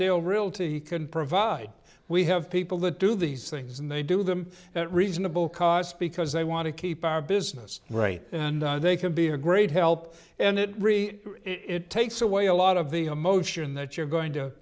dale realty can provide we have people that do these things and they do them at reasonable cost because they want to keep our business right and they can be a great help and it really it takes away a lot of the emotion that you're going to